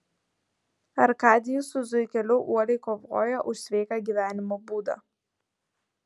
arkadijus su zuikeliu uoliai kovoja už sveiką gyvenimo būdą